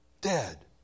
Dead